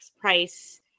price